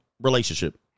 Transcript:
relationship